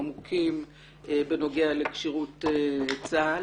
עמוקים בנוגע לכשירות צה"ל.